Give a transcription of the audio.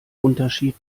unterschied